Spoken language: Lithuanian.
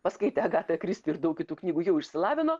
paskaitę agatą kristi ir daug kitų knygų jau išsilavino